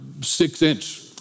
six-inch